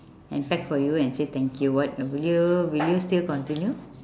and pack for you and say thank you what will you will you still continue